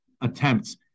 attempts